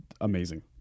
Amazing